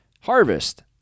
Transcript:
harvest